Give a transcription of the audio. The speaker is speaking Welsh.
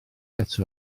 eto